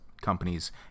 companies